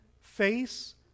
face